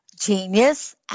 genius